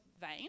vein